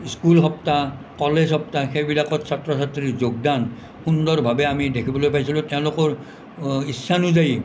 school সপ্তাহ college সপ্তাহ সেই বিলাকত ছাত্ৰ ছাত্ৰীৰ যোগদান সুন্দৰভাবে আমি দেখিবলৈ পাইছিলোঁ তেওঁলোকৰ ইচ্ছানুযায়ী